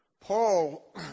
Paul